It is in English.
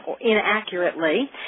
inaccurately